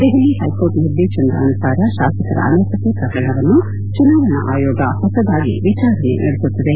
Delhi high court ನಿರ್ದೇಶನದ ಅನುಸಾರ ಶಾಸಕರ ಅನರ್ಪತೆ ಪ್ರಕರಣವನ್ನು ಚುನಾವಣಾ ಆಯೋಗ ಹೊಸದಾಗಿ ವಿಚಾರಣೆ ನಡೆಸುತ್ತಿದೆ